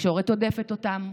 התקשורת הודפת אותם,